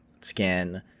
skin